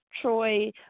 troy